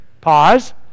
Pause